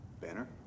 Banner